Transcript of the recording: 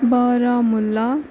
Baramulla